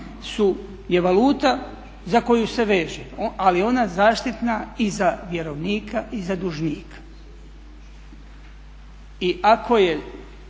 su, je valuta za koju se veže. Ali je ona zaštitna i za vjerovnika i za dužnika. I ako je